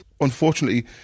Unfortunately